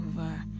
over